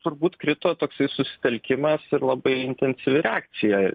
turbūt krito toksai susitelkimas ir labai intensyvi reakcija